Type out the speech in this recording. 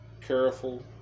careful